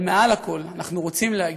אבל מעל לכול אנחנו רוצים להגיד,